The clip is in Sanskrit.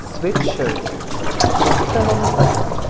स्विच् शर्ट् उत्तमम् अस्ति